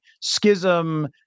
schism